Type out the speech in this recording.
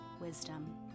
wisdom